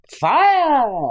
Fire